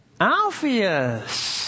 Alpheus